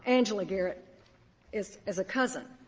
angela garrett is is a cousin.